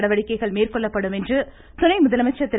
நடவடிக்கைகள் மேற்கொள்ளப்படும் என்று துணை முதலமைச்சர் திரு